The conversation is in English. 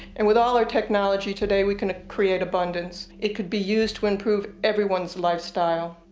and with all our technology today we can create abundance. it could be used to improve everyone's livestyle.